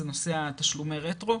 הוא נושא תשלומי הרטרו.